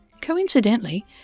Coincidentally